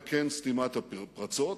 וכֵּן סתימת הפרצות,